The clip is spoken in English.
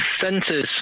Centres